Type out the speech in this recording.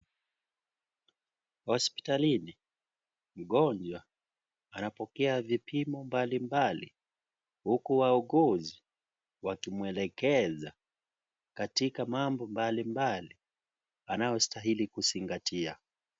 Hospitalini mgonjwa anapokea vipimo mbalimbali huku wauguzi wakimwelekeza katika mambo mbalimbali anayostahili kuzingatia.